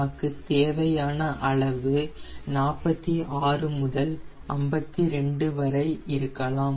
நமக்கு தேவையான அளவு 46 முதல் 52 வரை இருக்கலாம்